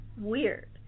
weird